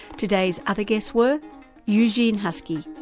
today's other guests were eugene huskey,